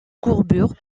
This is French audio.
courbure